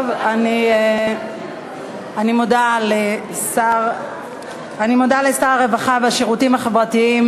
אני מודה לשר הרווחה והשירותים החברתיים